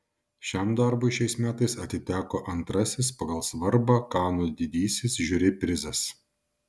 šiam darbui šiais metais atiteko antrasis pagal svarbą kanų didysis žiuri prizas